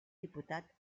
diputat